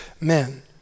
men